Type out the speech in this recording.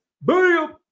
Boom